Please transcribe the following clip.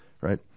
right